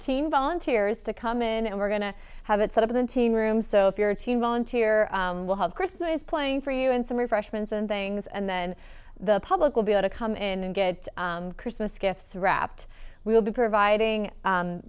of volunteers to come in and we're going to have it sort of the team room so if you're a team volunteer we'll have christmas playing for you in some refreshments and things and then the public will be able to come in and get christmas gifts wrapped we'll be providing